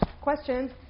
questions